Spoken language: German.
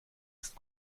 ist